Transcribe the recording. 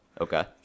Okay